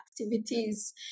activities